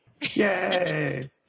Yay